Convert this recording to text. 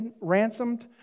ransomed